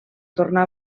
tornà